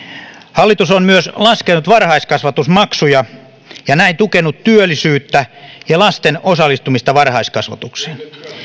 hallitus on myös laskenut varhaiskasvatusmaksuja ja näin tukenut työllisyyttä ja lasten osallistumista varhaiskasvatukseen